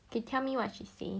K tell me what she say